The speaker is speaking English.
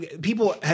people